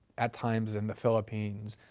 at times in the philippines.